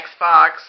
Xbox